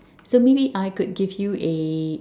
so maybe I could give you a